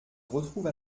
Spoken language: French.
retrouve